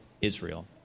Israel